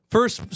First